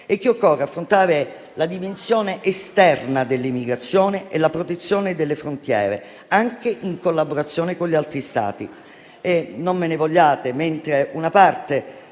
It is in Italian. e che occorre affrontare la dimensione esterna delle migrazioni e la protezione delle frontiere, anche in collaborazione con gli altri Stati. Non me ne vogliate, ma mentre una parte